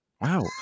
Wow